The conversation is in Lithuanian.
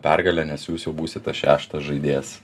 pergalę nes jūs jau būsit tas šeštas žaidėjas